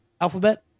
Alphabet